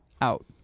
out